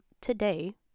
today